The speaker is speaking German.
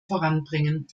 voranbringen